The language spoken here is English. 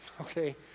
okay